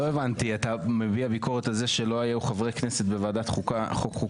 אתה מביע ביקורת על זה שלא היו חברי כנסת בוועדת החוקה?